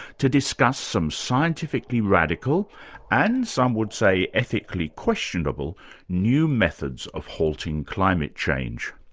to discuss some scientifically radical and, some would say, ethically questionable new methods of halting climate change.